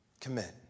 commit